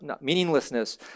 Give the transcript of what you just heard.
meaninglessness